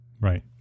Right